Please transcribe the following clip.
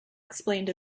explained